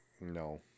No